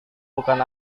bukan